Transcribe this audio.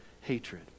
hatred